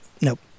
Nope